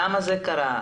למה זה קרה,